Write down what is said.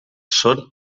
són